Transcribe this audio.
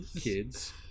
Kids